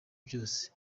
byose